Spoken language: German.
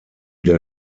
der